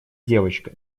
девочка